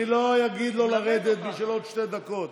אני לא אגיד לו לרדת בשביל עוד שתי דקות.